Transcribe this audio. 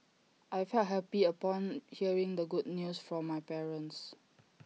I felt happy upon hearing the good news from my parents